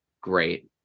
great